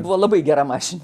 buvo labai gera mašin